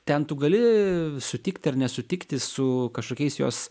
ten tu gali sutikti ar nesutikti su kažkokiais jos